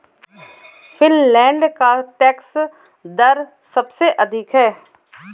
Finland का tax दर सबसे अधिक है